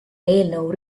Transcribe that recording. eelnõu